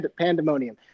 pandemonium